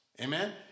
Amen